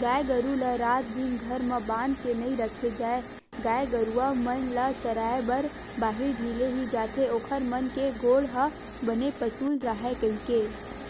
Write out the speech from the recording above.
गाय गरु ल रात दिन घर म बांध के नइ रखे जाय गाय गरुवा मन ल चराए बर बाहिर ढिले ही जाथे ओखर मन के गोड़ ह बने पसुल राहय कहिके